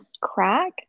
crack